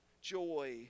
joy